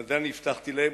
ואת זה אני הבטחתי להם,